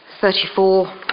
34